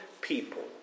people